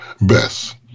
best